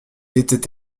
était